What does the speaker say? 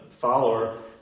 follower